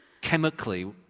chemically